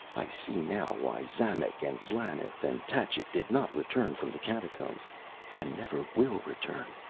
i see now why xamec and zlanath and tachic did not return from the catacombs and never will return.